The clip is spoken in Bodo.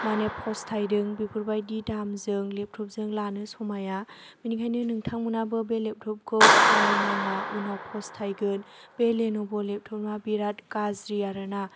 माने फस्थायदों बेफोरबायदि दामजों लेपट'पजों लानो समाया बेनिखायनो नोंथांमोनाबो बे लेपट'पखौ बायनो नाङा उनाव फस्थायगोन बे लेन'भ' लेपट'पआ बिराद गाज्रि आरोना